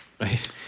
Right